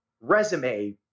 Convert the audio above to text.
resume